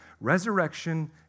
resurrection